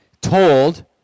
told